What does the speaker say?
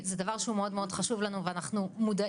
זה דבר שהוא חשוב לנו מאוד ואנחנו מודעים.